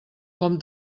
com